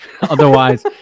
Otherwise